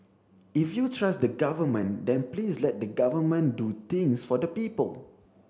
if you trust the Government then please let the Government do things for the people